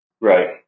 Right